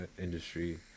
industry